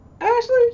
Ashley